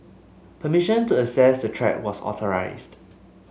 permission to access the track was authorised